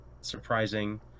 surprising